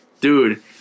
dude